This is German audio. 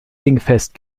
dingfest